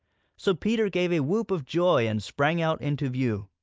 so peter gave a whoop of joy and sprang out into view.